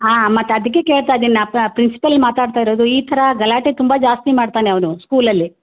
ಹಾಂ ಮತ್ತೆ ಅದಕ್ಕೆ ಕೇಳ್ತಾ ಇದ್ದೀನಿ ನಾ ಪ್ರಿನ್ಸಿಪಲ್ ಮಾತಾಡ್ತಾ ಇರೋದು ಈ ಥರ ಗಲಾಟೆ ತುಂಬಾ ಜಾಸ್ತಿ ಮಾಡ್ತಾನೆ ಅವನು ಸ್ಕೂಲಲ್ಲಿ